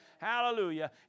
Hallelujah